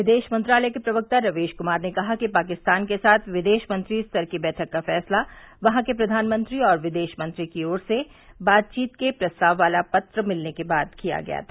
विदेश मंत्रालय के प्रवक्ता रवीश कुमार ने कहा कि पाकिस्तान के साथ विदेशमंत्री स्तर की बैठक का फैसला वहां के प्रधानमंत्री और विदेशमंत्री की ओर से बातचीत के प्रस्ताव वाला पत्र मिलने के बाद किया गया था